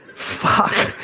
fuck.